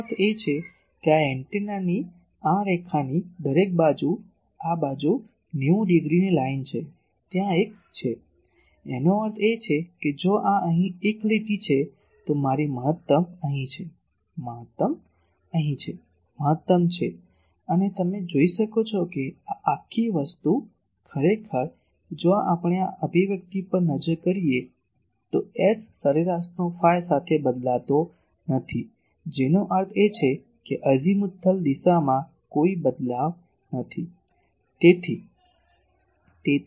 આનો અર્થ એ કે આ એન્ટેના આ રેખાની દરેક બાજુ આ બાજુ 90 ડિગ્રીની લાઇન છે ત્યાં એક છે તેનો અર્થ એ કે જો આ અહીં એક લીટી છે તો મારી મહત્તમ અહીં છે મહત્તમ અહીં છે મહત્તમ છે અને તમે પણ જોઈ શકો છો કે આ આખી વસ્તુ ખરેખર જો આપણે આ અભિવ્યક્તિ પર નજર કરીએ તો S સરેરાશનો ફાય સાથે બદલાતો નથી જેનો અર્થ છે કે અજીમુથલ દિશામાં કોઈ બદલાવ નથી